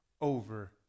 over